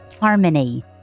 harmony